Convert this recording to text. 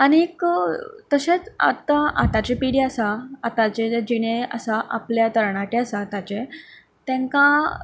आनी एक तशेंच आता आताची पिडी आसा आताचें जें जिणें आसा आपल्या तरणाटें आसा आताचें तेंका